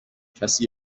کسی